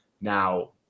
Now